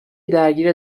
درگیر